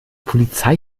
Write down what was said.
polizei